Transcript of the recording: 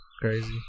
crazy